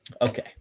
Okay